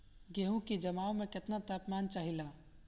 गेहू की जमाव में केतना तापमान चाहेला?